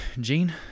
Jean